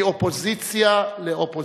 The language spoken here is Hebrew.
מאופוזיציה לאופוזיציה.